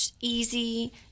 easy